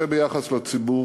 זה ביחס לציבור